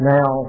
Now